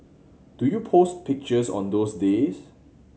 do you post pictures on those days